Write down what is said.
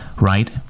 right